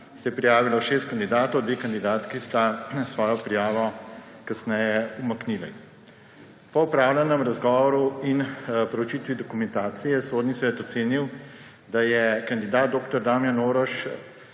se je prijavilo šest kandidatov, dve kandidatki sta svojo prijavo kasneje umaknili. Po opravljenem razgovoru in preučitvi dokumentacije je Sodni svet ocenil, da je kandidat dr. Damjan Orož